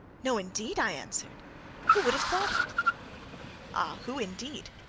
no, indeed i answered who would have thought it ah! who indeed?